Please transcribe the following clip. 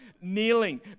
kneeling